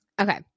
okay